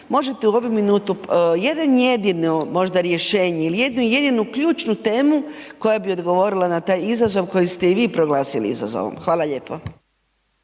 možete li u ovu minutu jedno jedino možda rješenje ili jednu jedinu ključnu temu koja bi odgovorila na taj izazov koji ste i vi proglasili izazovom. Hvala lijepo.